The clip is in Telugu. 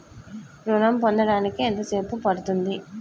ఋణం పొందడానికి ఎంత సేపు పడ్తుంది?